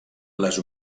les